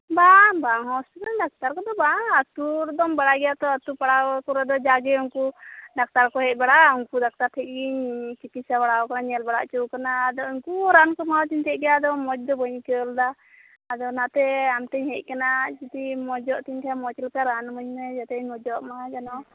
ᱵᱟᱝ ᱵᱟᱝ ᱦᱳᱥᱯᱤᱴᱟᱞ ᱨᱮᱱ ᱰᱟᱠᱛᱟᱨ ᱠᱚᱫᱚ ᱵᱟᱝ ᱟᱹᱛᱩ ᱨᱮᱫᱚᱢ ᱵᱟᱲᱟᱭ ᱜᱮᱭᱟ ᱛᱳ ᱟᱹᱛᱩ ᱯᱟᱲᱟ ᱠᱚᱨᱮ ᱫᱚ ᱡᱟᱜᱮ ᱩᱱᱠᱩ ᱰᱟᱠᱛᱟᱨ ᱠᱚ ᱦᱮᱡ ᱵᱟᱟᱜᱼᱟ ᱩᱱᱠᱩ ᱰᱟᱠᱛᱟᱨ ᱴᱷᱮᱡᱜᱮᱤᱧ ᱛᱤᱠᱤᱥᱟ ᱵᱟᱲᱟ ᱟᱠᱟᱱᱟ ᱧᱮᱞ ᱵᱟᱲᱟ ᱚᱪᱟᱠᱟᱱᱟ ᱟᱫᱚ ᱩᱱᱠᱩ ᱨᱟᱱ ᱠᱚ ᱮᱢᱟ ᱟᱫᱤᱧ ᱛᱟᱸᱦᱮᱱ ᱜᱮᱭᱟ ᱟᱫᱚ ᱢᱚᱸᱡᱽ ᱫᱚ ᱵᱟᱹᱧ ᱟᱹᱭᱠᱟᱹᱣ ᱞᱮᱫᱟ ᱟᱫᱚ ᱚᱱᱟᱛᱮ ᱟᱢᱴᱷᱮᱤᱧ ᱦᱮᱸᱡᱽ ᱟᱠᱟᱱᱟ ᱟᱱᱟ ᱡᱩᱫᱤ ᱢᱚᱸᱡᱽ ᱛᱤᱧ ᱠᱷᱟᱡ ᱢᱚᱸᱡᱽ ᱞᱮᱠᱟ ᱨᱟᱱ ᱮᱢᱟᱹᱧᱢᱮ ᱡᱟᱛᱮᱤᱧ ᱢᱚᱸᱡᱚᱜ ᱢᱟ ᱡᱮᱱᱳ